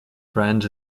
friends